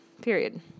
period